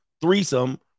threesome